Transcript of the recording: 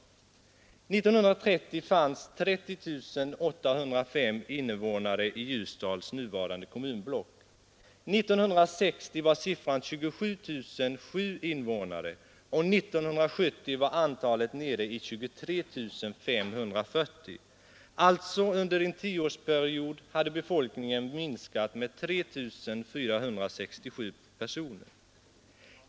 Är 1930 fanns 30 805 invånare i Ljusdals nuvarande kommunblock. År 1960 var siffran 27 007, och 1970 var antalet nere i 23 540. Under en tioårsperiod hade alltså befolkningen minskat med 3 467 personer.